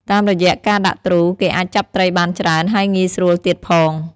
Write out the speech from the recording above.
តាមរយៈការដាក់ទ្រូ គេអាចចាប់ត្រីបានច្រើន ហើយងាយស្រួលទៀតផង។